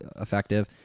effective